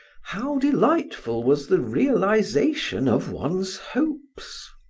how delightful was the realization of one's hopes!